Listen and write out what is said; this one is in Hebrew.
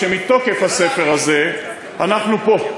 שמתוקף הספר הזה אנחנו פה.